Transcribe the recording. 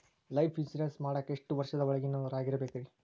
Life insurance ಮಾಡಾಕ ಎಷ್ಟು ವರ್ಷದ ಒಳಗಿನವರಾಗಿರಬೇಕ್ರಿ?